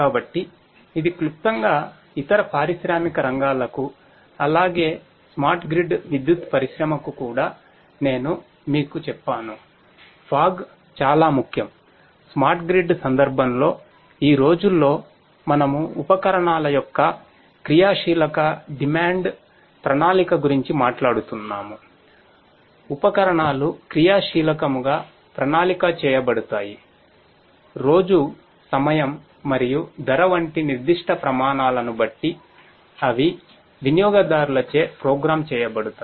కాబట్టి ఇది క్లుప్తంగా ఇతర పారిశ్రామిక రంగాలకు అలాగే స్మార్ట్ గ్రిడ్ చేయబడతాయి